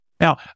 Now